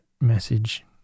message